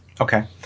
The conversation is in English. Okay